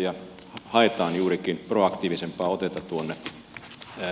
ja haemme juurikin proaktiivisempaa otetta tuonne komission suuntaan